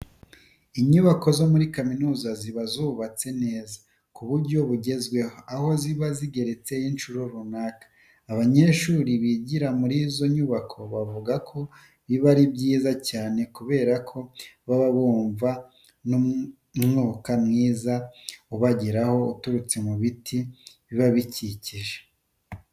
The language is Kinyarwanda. Inyubako zo muri kaminuza ziba zubatse neza ku buryo bugezweho, aho ziba zigeretse incuro runaka. Abanyeshuri bigira muri zino nyubako bavuga ko biba ari byiza cyane kubera ko baba bumva n'umwuka mwiza ubageraho uturutse mu biti biba bizikikije.